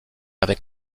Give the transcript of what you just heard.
avec